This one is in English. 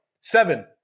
Seven